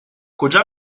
کجا